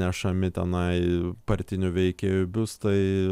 nešami tenai partinių veikėjų biustai